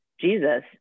Jesus